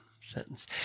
sentence